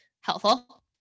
helpful